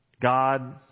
God